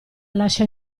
lascia